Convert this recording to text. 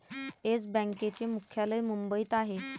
yes बँकेचे मुख्यालय मुंबईत आहे